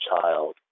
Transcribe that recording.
child